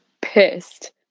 pissed